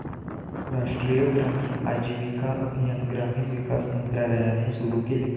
राष्ट्रीय ग्रामीण आजीविका अभियान ग्रामीण विकास मंत्रालयाने सुरू केले